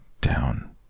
down